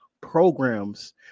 programs